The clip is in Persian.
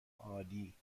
عالی